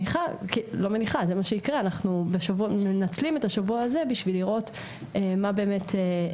אנחנו מנצלים את השבוע הזה בשביל לראות מה ההחלטות